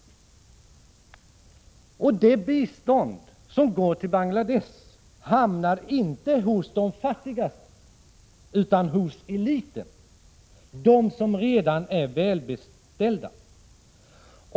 Det bistånd som går till Bangladesh hamnar inte hos de fattigaste, utan hos eliten, de som redan är välbeställda.